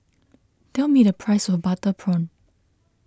tell me the price of Butter Prawn